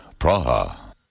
Praha